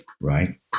right